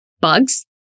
bugs